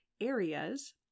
areas